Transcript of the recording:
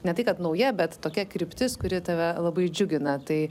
ne tai kad nauja bet tokia kryptis kuri tave labai džiugina tai